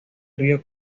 río